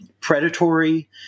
predatory